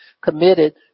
committed